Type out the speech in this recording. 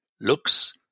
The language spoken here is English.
looks